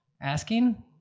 asking